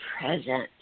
present